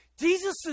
Jesus